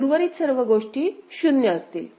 उर्वरित सर्व गोष्टी 0 असतील